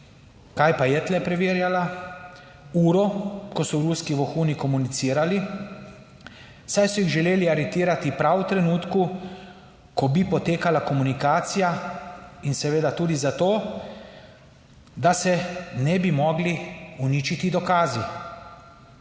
Kaj pa je tu preverjala? Uro, ko so ruski vohuni komunicirali, saj so jih želeli aretirati prav v trenutku, ko bi potekala komunikacija, in seveda tudi zato, da se ne bi mogli uničiti dokazi.